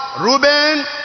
Reuben